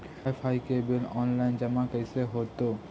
Wifi के bill online जमा कैसे होतै?